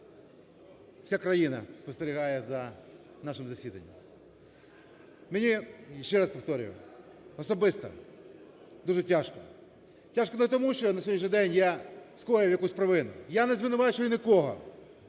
вся країна спостерігає за нашим засіданням. Мені, я ще раз повторюю, особисто дуже тяжко. Тяжко не тому, що на сьогоднішній день я скоїв якусь провину. Я не звинувачую нікого.